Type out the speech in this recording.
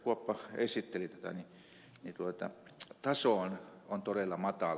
kuoppa esitteli taso on todella matala